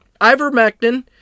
ivermectin